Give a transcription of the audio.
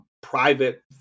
private